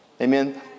Amen